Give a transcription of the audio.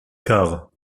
car